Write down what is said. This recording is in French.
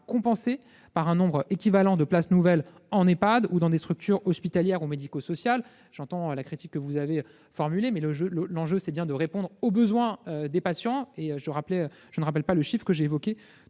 compensée par un nombre équivalent de places nouvelles en Ehpad ou dans des structures hospitalières ou médico-sociales- j'entends la critique que vous avez formulée, mais l'enjeu est bien de répondre aux besoins des patients. L'AP-HP ne se désengage pas : elle restera partie